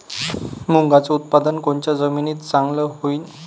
मुंगाचं उत्पादन कोनच्या जमीनीत चांगलं होईन?